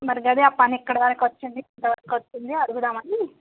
మరి అదే ఆ పని ఎక్కడ వరకు వచ్చింది ఎంత వరకు వచ్చింది అడుగుదామని